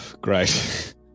Great